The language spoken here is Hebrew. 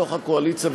בתוך הקואליציה,